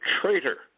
traitor